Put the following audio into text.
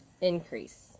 increase